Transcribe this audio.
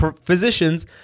physicians